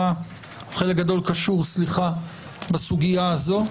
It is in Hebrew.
קשור בסוגיה הזו,